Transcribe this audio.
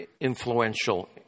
influential